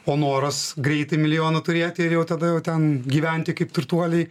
o noras greitai milijoną turėti ir jau tada jau ten gyventi kaip turtuoliai